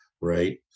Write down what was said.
right